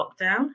lockdown